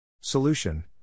Solution